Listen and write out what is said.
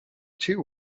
two